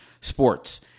sports